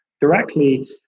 directly